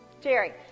Jerry